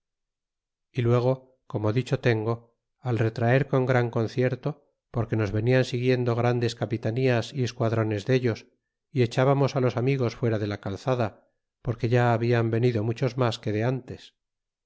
y luego como dicho tengo al retraer con gran concierto porque nos venían siguiendo grandes capitanías y esquadrones dellos y echábamos los amigos fuera de la calzada porque ya hablan venido muchos mas que de ntes